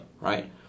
right